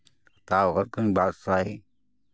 ᱦᱟᱛᱟᱣ ᱠᱟᱜ ᱠᱚᱣᱟᱧ ᱵᱟᱨ ᱥᱟᱭ